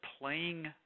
playing